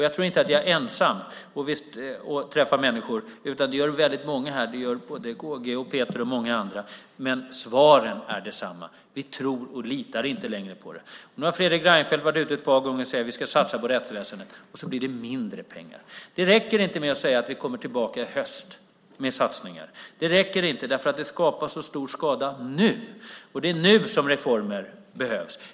Jag tror inte att jag är ensam om att träffa människor, utan det gör väldigt många här - Karl Gustav Abramsson, Peter Hultqvist och andra. Men svaren är desamma: Vi litar inte längre på er. Nu har Fredrik Reinfeldt sagt ett par gånger: Vi ska satsa på rättsväsendet. Och så blir det mindre pengar. Det räcker inte med att säga att ni kommer tillbaka i höst med satsningar. Det räcker inte därför att det skapar så stor skada nu , och det är nu som reformer behövs.